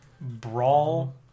brawl